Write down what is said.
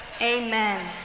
Amen